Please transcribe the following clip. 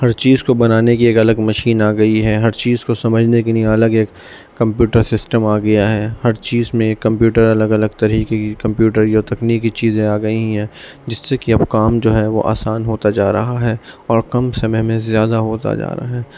ہر چیز کو بنانے کی ایک الگ مشین آ گئی ہے ہر چیز کو سمجھنے کے نیے الگ ایک کمپیوٹر سسٹم آ گیا ہے ہر چیز میں ایک کمپیوٹر الگ الگ طریقے کی کمپیوٹر یا تکنیکی چیزیں آ گئی ہیں جس سے کہ اب کام جو ہے وہ آسان ہوتا جا رہا ہے اور کم سمے میں زیادہ ہوتا جا رہا ہے